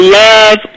love